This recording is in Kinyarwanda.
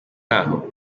aho